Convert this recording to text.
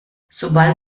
sobald